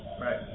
Right